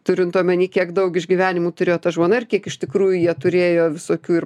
turint omeny kiek daug išgyvenimų turėjo ta žmona ir kiek iš tikrųjų jie turėjo visokių ir